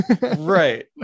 Right